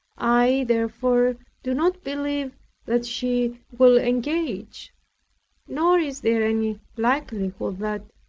i therefore do not believe that she will engage nor is there any likelihood that,